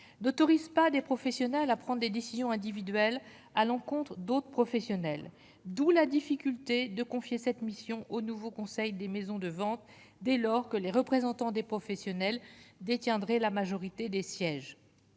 n'autorise pas des professionnels, à prendre des décisions individuelles à l'encontre d'autres professionnels, d'où la difficulté de confier cette mission au nouveau Conseil des maisons de vente dès lors que les représentants des professionnels détiendrait la majorité des sièges,